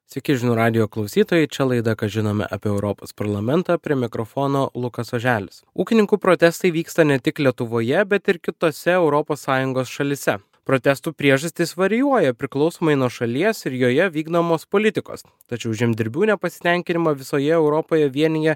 sveiki žinių radijo klausytojai čia laida ką žinome apie europos parlamentą prie mikrofono lukas oželis ūkininkų protestai vyksta ne tik lietuvoje bet ir kitose europos sąjungos šalyse protestų priežastys varijuoja priklausomai nuo šalies ir joje vykdomos politikos tačiau žemdirbių nepasitenkinimą visoje europoje vienija